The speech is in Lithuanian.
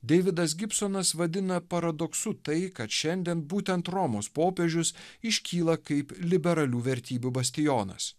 deividas gibsonas vadina paradoksu tai kad šiandien būtent romos popiežius iškyla kaip liberalių vertybių bastionas